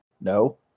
No